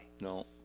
No